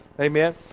Amen